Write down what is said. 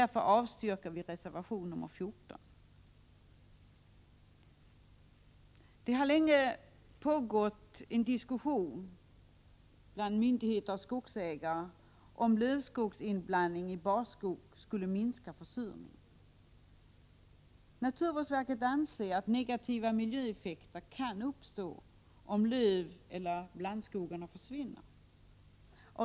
Reservation 14 avstyrks därför. Det har länge pågått en diskussion bland myndigheter och skogsägare om huruvida lövskogsinblandning i barrskog skulle minska försurningen. Naturvårdsverket anser att negativa miljöeffekter kan uppstå om löveller blandskogarna försvinner.